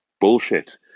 bullshit